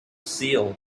seal